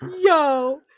Yo